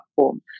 platform